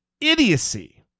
idiocy